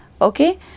Okay